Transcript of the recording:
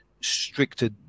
stricter